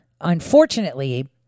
unfortunately